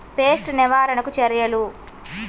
Pest నివారణకు చర్యలు?